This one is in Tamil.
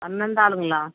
பன்னெண்டு ஆளுங்களா